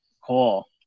Cool